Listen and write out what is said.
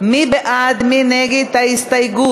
מי בעד ומי נגד ההסתייגות?